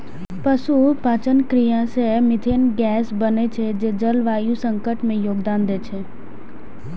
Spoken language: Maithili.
पशुक पाचन क्रिया सं मिथेन गैस बनै छै, जे जलवायु संकट मे योगदान दै छै